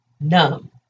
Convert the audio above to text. numb